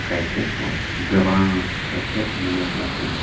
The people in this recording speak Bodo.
गाइखेरखौ गोबां गाइखेर मोनोब्ला जों